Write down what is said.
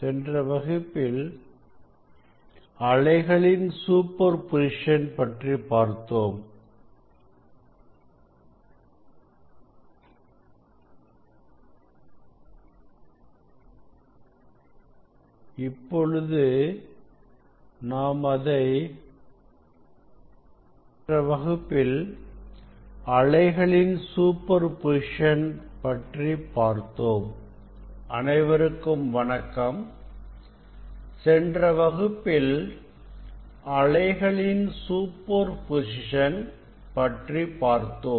சென்ற வகுப்பில் அலைகளின் சூப்பர் பொசிஷன் பற்றி பார்த்தோம்